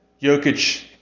Jokic